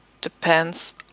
depends